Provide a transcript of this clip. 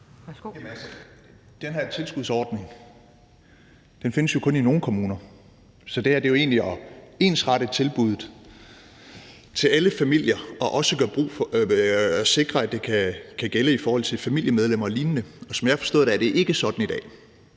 Den her tilskudsordning findes jo kun i nogle kommuner. Så det her er jo egentlig at ensrette tilbuddet til alle familier og sikre, at det også kan gælde for familiemedlemmer og lign. Og som jeg har forstået det, er det ikke sådan i dag,